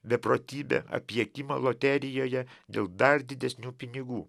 beprotybę apiekimą loterijoje dėl dar didesnių pinigų